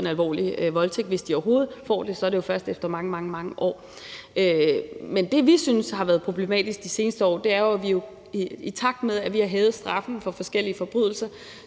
en alvorlig voldtægt; hvis de overhovedet får det, er det jo først efter mange, mange år. Men det, vi synes har været problematisk de seneste år, er jo, at vi, i takt med at vi har hævet straffen for forskellige forbrydelser,